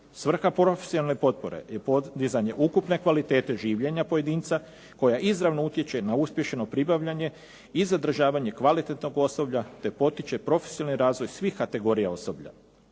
Svrha profesionalne potpore je podizanje ukupne kvalitete življenja pojedinca koja izravno utječe na uspješno pribavljanje i zadržavanje kvalitetnog osoblja, te potiče profesionalni razvoj svih kategorija osoblja.